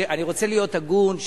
אני רוצה להיות הגון,